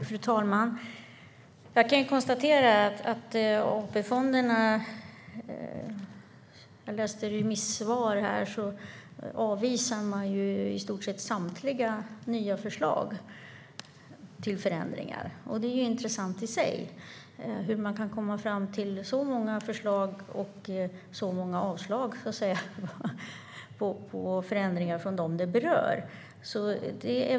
Fru talman! Jag läste att remissvaren avvisar i stort sett samtliga nya förslag till förändringar. Det är i sig intressant hur det kan komma så många förslag på förändringar och så många avslag från dem de berör.